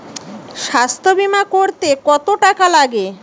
স্বাস্থ্যবীমা করতে কত টাকা লাগে?